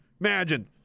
Imagine